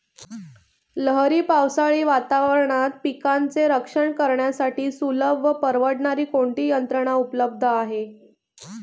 लहरी पावसाळी वातावरणात पिकांचे रक्षण करण्यासाठी सुलभ व परवडणारी कोणती यंत्रणा उपलब्ध आहे?